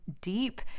deep